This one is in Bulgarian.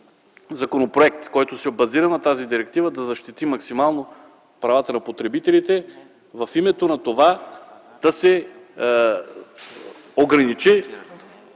законопроект, който се базира на тази директива, правата на потребителите в името на това да се ограничат